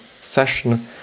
session